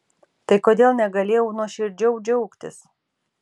tai kodėl negalėjau nuoširdžiau džiaugtis